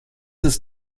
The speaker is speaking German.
ist